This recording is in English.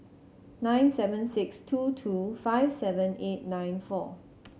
nine seven six two two five seven eight nine four